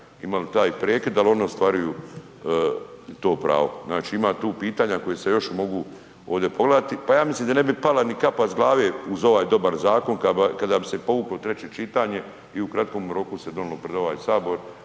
imali taj prekid, dal oni ostvaruju to pravo, znači ima tu pitanja koji se još mogu ovdje pogledati, pa ja mislim da ne bi pala ni kapa s glave uz ovaj dobar zakon kada bi se povuklo treće čitanje i u kratkom roku se donilo prid ovaj Sabor